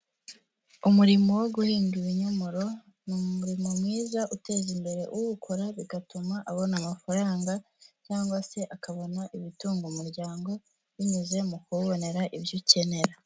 Umurimo wo guhinga ibinyomoro, ni umurimo mwiza uteza imbere uwukora bigatuma abona amafaranga cyangwa se akabona ibitunga umuryango binyuze mu kuwubonera ibyo ukenera.